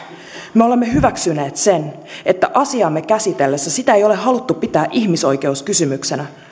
me olemme hyväksyneet sen että asiaamme käsitellessä sitä ei ole haluttu pitää ihmisoikeuskysymyksenä